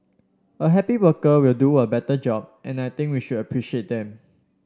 a happy worker will do a better job and I think we should appreciate them